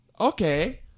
Okay